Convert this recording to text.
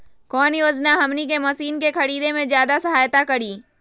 कौन योजना हमनी के मशीन के खरीद में ज्यादा सहायता करी?